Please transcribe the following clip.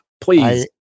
please